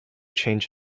change